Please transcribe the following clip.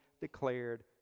declared